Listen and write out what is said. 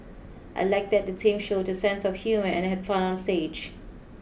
I like that the teams showed a sense of humour and had fun up on stage